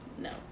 No